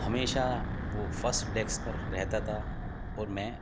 ہمیشہ وہ first desk پر رہتا تھا اور میں